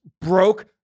broke